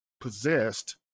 possessed